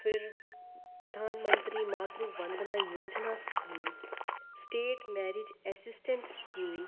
फिर प्रधान मंत्री मातरू बंधना योजना scheme state marriage assistant scheme